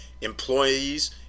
employees